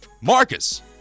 Marcus